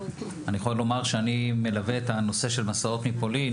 אני יכול לומר שאני מלווה את הנושא של מסעות לפולין